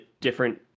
different